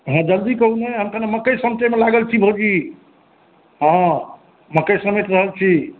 अहाँ कनि जल्दी कहू ने हम कनि मकइ समटैमे लागल छी भौजी हॅं मकइ समेट रहल छी